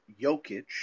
Jokic